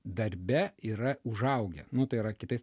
darbe yra užaugę nu tai yra kitais